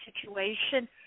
situation